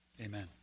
amen